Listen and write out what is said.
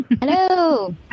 Hello